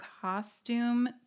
costume